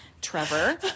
Trevor